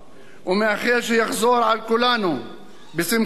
ומאחל שיחזור על כולנו בשמחה,